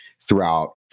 throughout